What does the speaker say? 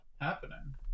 happening